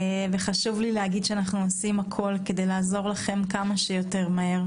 חשוב לי להגיד שאנחנו עושים הכול כדי לעזור לכם כמה שיותר מהר,